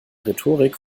rhetorik